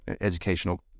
educational